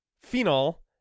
phenol